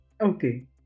okay